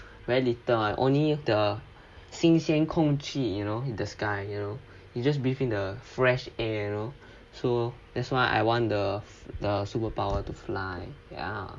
very little mah only the 新鲜空气 you know the sky you know you just breathe in the fresh air you know so that's why I want of the superpower to fly ya